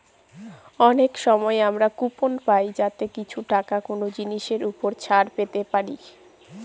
অনেক সময় আমরা কুপন পাই যাতে কিছু টাকা কোনো জিনিসের ওপর ছাড় পেতে পারি